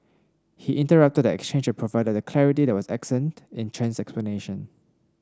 he interrupted the exchange and provided the clarity that was absent in Chen's